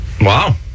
Wow